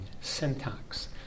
syntax